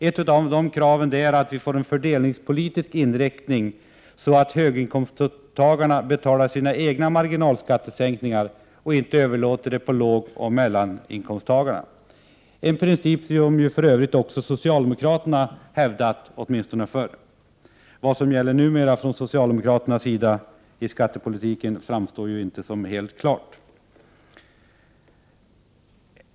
Ett av dessa är en fördelningspolitisk inriktning så att höginkomsttagarna betalar sina egna marginalskattesänkningar och inte överlåter det på lågoch medelinkomsttagarna — en princip som för övrigt också socialdemokraterna har hävdat, åtminstone förr. Vad som gäller numera i skattepolitiken för socialdemokraterna framstår inte som helt klart.